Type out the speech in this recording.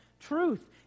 truth